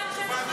יש לי שעון,